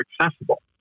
accessible